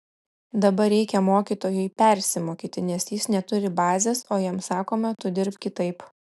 dabar reikia mokytojui persimokyti nes jis neturi bazės o jam sakoma tu dirbk kitaip